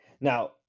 now